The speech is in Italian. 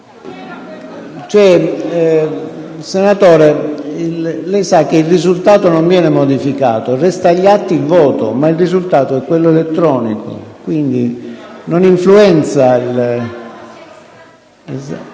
Senatore, lei sa che il risultato non viene modificato: resta agli atti il voto, ma il risultato e` quello elettronico. Quindi non influenza…